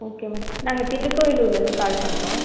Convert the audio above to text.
okay madam நாங்கள் திருக்கோவிலூர்லேருந்து call பண்ணுறோம்